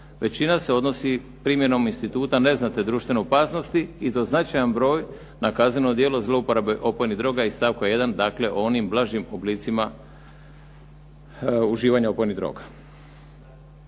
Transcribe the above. većina se odnosi primjenom instituta neznatne društvene opasnosti i to značajan broj na kazneno djelo zlouporabe opojnih droga, iz stavka 1., dakle o onim blažim oblicima uživanja opojnih droga.